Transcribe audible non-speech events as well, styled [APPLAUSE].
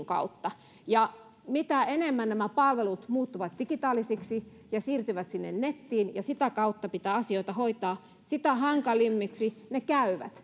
[UNINTELLIGIBLE] kautta ja mitä enemmän nämä palvelut muuttuvat digitaalisiksi ja siirtyvät sinne nettiin ja sitä kautta pitää asioita hoitaa sitä hankalammiksi ne käyvät [UNINTELLIGIBLE]